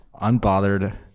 unbothered